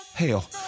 Hell